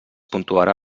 puntuarà